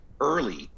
early